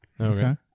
Okay